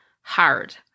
Hard